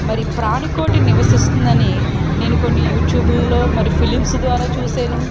ప్రాణికోటి నివసిస్తుందని నేను కొన్ని యూట్యూబ్లలో మరి ఫిలిమ్స్ ద్వారా చూసాను